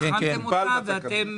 בחנתם ואתם